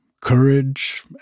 courage